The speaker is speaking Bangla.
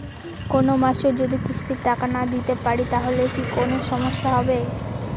কোনমাসে যদি কিস্তির টাকা না দিতে পারি তাহলে কি কোন সমস্যা হবে?